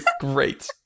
great